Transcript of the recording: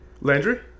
Landry